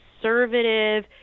conservative